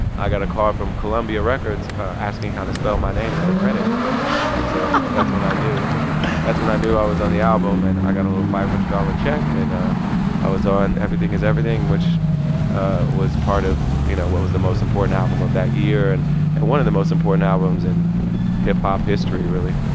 i got a call from columbia records asking how to spell my name for the credits and so that's when i knew that's when i knew i was on the album. and i got a little five hundred dollars check. and ah i was on everything is everything, which ah was part of, you know, what was the most important album of that year and and one of the most important albums in hip-hop history, really